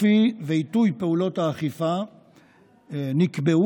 אופי ועיתוי פעולות האכיפה נקבעו